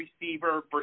receiver